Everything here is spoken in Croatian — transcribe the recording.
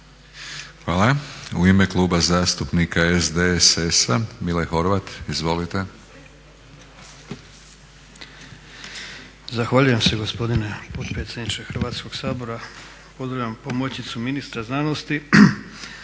Hvala. U ime Kluba zastupnika SDSS-a Mile Horvat. Izvolite. **Horvat, Mile (SDSS)** Zahvaljujem se gospodine potpredsjedniče Hrvatskog sabora, pozdravljam pomoćnicu ministra znanosti.